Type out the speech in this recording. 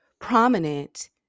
prominent